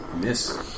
miss